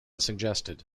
suggested